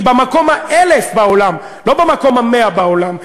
היא במקום ה-1,000 בעולם, לא במקום ה-100 בעולם.